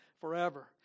forever